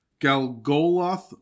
Galgoloth